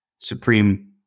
Supreme